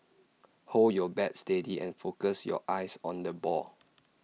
hold your bat steady and focus your eyes on the ball